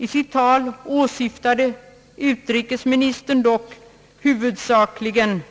I sitt tal åsyftade utrikesministern dock huvudsakligen